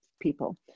people